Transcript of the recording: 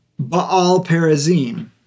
Baal-perazim